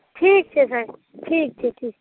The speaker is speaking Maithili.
ठीक छै सर ठीक छै ठीक